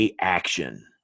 Action